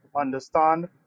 Understand